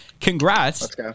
Congrats